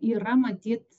yra matyt